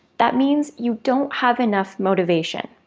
that means you don't have enough motivation.